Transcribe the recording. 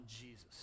Jesus